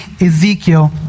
Ezekiel